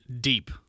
deep